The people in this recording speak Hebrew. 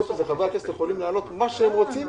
חברי הכנסת יכולים להעלות מה שהם רוצים,